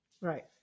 Right